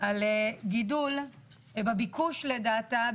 על גידול ביקוש לדאטה,